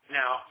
now